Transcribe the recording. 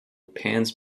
pants